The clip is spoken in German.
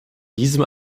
diesem